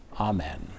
amen